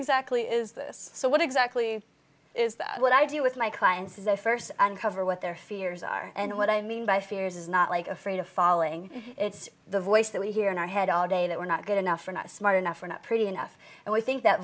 exactly is this so what exactly is that what i do with my clients is a first uncover what their fears are and what i mean by fears is not like afraid of falling it's the voice that we hear in our head all day that we're not good enough or not smart enough or not pretty enough and we think that